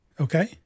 okay